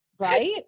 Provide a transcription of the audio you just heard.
Right